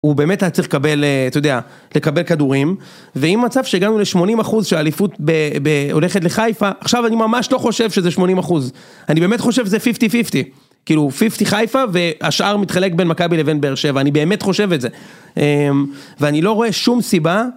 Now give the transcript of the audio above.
הוא באמת היה צריך לקבל, אתה יודע, לקבל כדורים ועם מצב שהגענו ל-80 אחוז של אליפות הולכת לחיפה, עכשיו אני ממש לא חושב שזה 80 אחוז, אני באמת חושב שזה 50-50, כאילו 50 חיפה והשאר מתחלק בין מכבי לבין באר שבע, אני באמת חושב את זה ואני לא רואה שום סיבה.